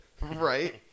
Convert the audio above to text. Right